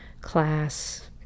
class